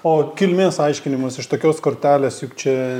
o kilmės aiškinimas iš tokios kortelės juk čia